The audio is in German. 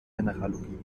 mineralogie